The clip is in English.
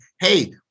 hey